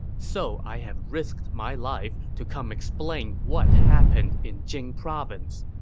so i have risked my life to come explain what happened in jing province.